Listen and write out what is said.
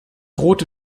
rote